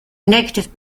negative